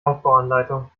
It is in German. aufbauanleitung